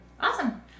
Awesome